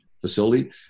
facility